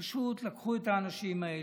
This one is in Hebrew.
פשוט לקחו את אנשים האלה,